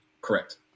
Correct